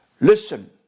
listen